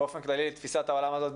באופן כללי לתפיסת העולם הזאת,